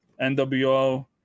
NWO